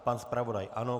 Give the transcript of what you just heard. Pan zpravodaj ano.